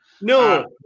No